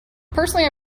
personally